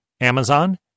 Amazon